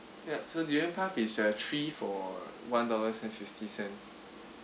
ya so durian puff is uh three for one dollars and fifty cents